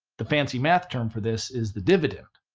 the fancy math term for this is the dividend.